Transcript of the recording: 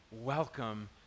welcome